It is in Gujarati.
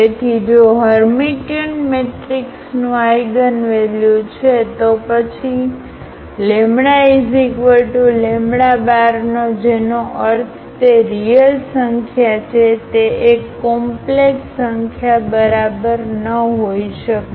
તેથી જો હર્મિટિયન મેટ્રિક્સનું આઇગનવેલ્યુ છે તો પછી λજેનો અર્થ તે રીયલ સંખ્યા છે તે એક કોમ્પ્લેક્સ સંખ્યા બરાબર ન હોઈ શકે